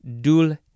dul